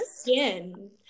skin